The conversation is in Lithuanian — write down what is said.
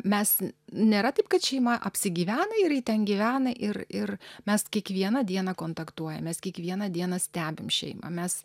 mes nėra taip kad šeima apsigyvena ir ji ten gyvena ir ir mes kiekvieną dieną kontaktuojam mes kiekvieną dieną stebim šeimą mes